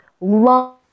long